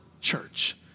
church